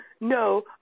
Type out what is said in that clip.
No